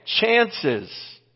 chances